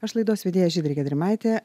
aš laidos vedėja žydrė gedrimaitė